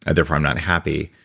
and therefore i'm not happy.